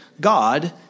God